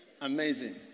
Amazing